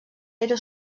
era